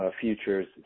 futures